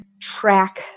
track